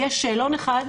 יש שאלון אחד,